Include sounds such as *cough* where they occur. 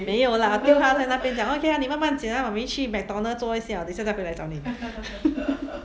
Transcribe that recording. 没有 lah 我跟她在那边讲 okay ah 你慢慢剪 ah mummy 去 McDonald 坐一下我等一下再回来找你 *laughs*